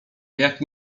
jaki